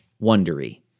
Wondery